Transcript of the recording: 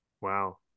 Wow